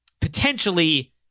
potentially